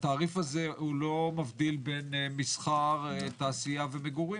התעריף הזה לא מבדיל בין מסחר, תעשייה ומגורים?